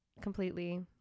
completely